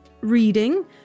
reading